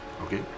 Okay